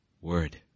word